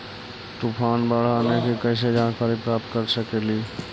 तूफान, बाढ़ आने की कैसे जानकारी प्राप्त कर सकेली?